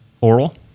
Oral